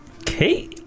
Okay